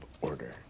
Order